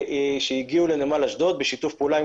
שהגיעו לנמל אשדוד ובשיתוף פעולה עם